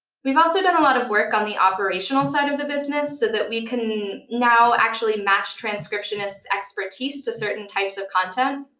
we've also done a lot of work on the operational side of the businesses so that we can now actually match transcriptionists' expertise to certain types of content.